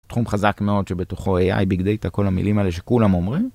תחום חזק מאוד שבתוכו AI big data כל המילים האלה שכולם אומרים.